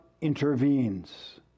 intervenes